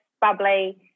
bubbly